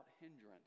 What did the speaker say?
hindrance